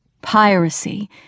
piracy